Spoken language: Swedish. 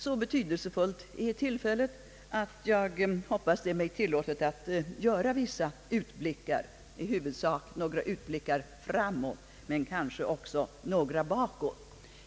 Så betydelsefullt är tillfället att jag hoppas att det är mig tillåtet att göra vissa utblickar, i huvudsak några utblickar framåt men kanske också några bakåt.